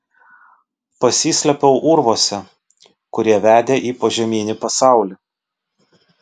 pasislėpiau urvuose kurie vedė į požeminį pasaulį